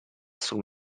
sul